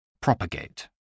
Propagate